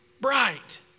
bright